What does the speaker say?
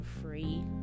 free